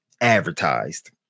advertised